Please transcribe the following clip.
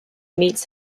meets